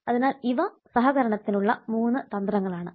അതിനാൽ ഇവ സഹകരണത്തിനുള്ള 3 തന്ത്രങ്ങളാണ്